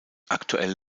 aktuell